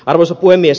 arvoisa puhemies